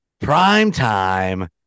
Primetime